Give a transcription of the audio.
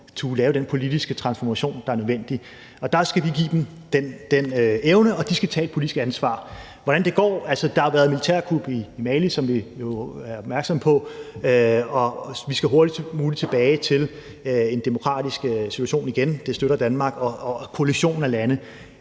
turde lave den politiske transformation, der er nødvendig. Og der skal vi give dem den evne, og de skal tage et politisk ansvar. Hvordan går det? Altså, der har jo været et militærkup i Mali, som vi er opmærksomme på, og vi skal hurtigst muligt tilbage til en demokratisk situation igen, og det støtter Danmark og koalitionen af lande.